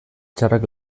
txarrak